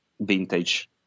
vintage